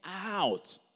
out